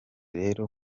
rero